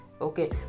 okay